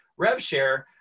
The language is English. RevShare